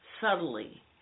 subtly